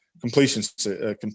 completion